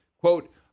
quote